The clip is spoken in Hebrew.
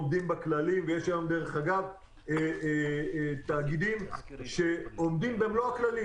יש היום תאגידים שעומדים במלוא הכללים.